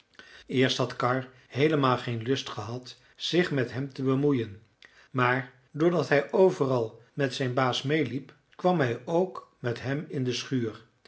eerst had karr heelemaal geen lust gehad zich met hem te bemoeien maar doordat hij overal met zijn baas meêliep kwam hij ook met hem in de schuur